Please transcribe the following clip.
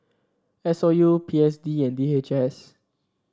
S O U P S D and D H S